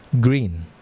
Green